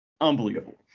unbelievable